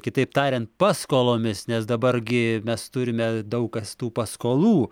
kitaip tariant paskolomis nes dabar gi mes turime daug kas tų paskolų